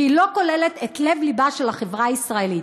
והיא לא כוללת את לב-לבה של החברה הישראלית.